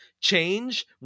change